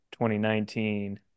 2019